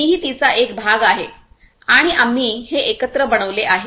मीही तिचा एक भाग आहे आणि आम्ही हे एकत्र बनवले आहे